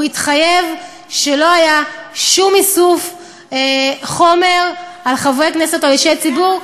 הוא התחייב שלא היה שום איסוף חומר על חברי כנסת או אנשי ציבור,